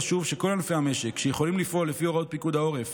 חשוב שכל ענפי המשק שיכולים לפעול לפי הוראות פיקוד העורף